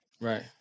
Right